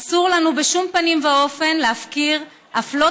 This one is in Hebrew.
אסור לנו בשום פנים ואופן להפקיר אף לא